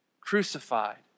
crucified